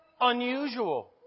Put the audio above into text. Unusual